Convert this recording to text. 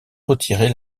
retirer